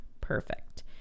Perfect